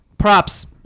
Props